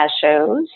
shows